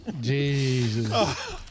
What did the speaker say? Jesus